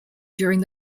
during